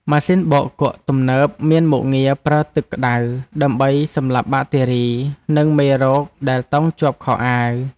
ម៉ាស៊ីនបោកគក់ទំនើបមានមុខងារប្រើទឹកក្តៅដើម្បីសម្លាប់បាក់តេរី និងមេរោគដែលតោងជាប់ខោអាវ។